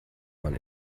man